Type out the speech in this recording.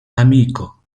amico